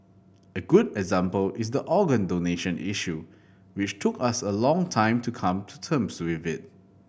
a good example is the organ donation issue which took us a long time to come to terms with